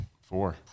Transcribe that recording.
Four